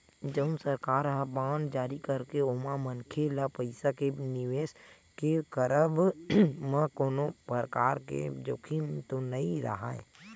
जउन सरकार ह बांड जारी करथे ओमा मनखे ल पइसा के निवेस के करब म कोनो परकार के जोखिम तो नइ राहय